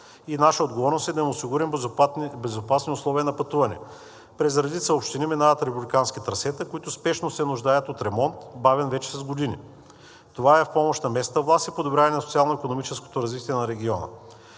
и наша отговорност е да им осигурим безопасни условия на пътуване. През редица общини минават републикански трасета, които спешно се нуждаят от ремонт, бавен вече с години. Това е в помощ на местната власт и подобряване на социално-икономическото развитие на региона.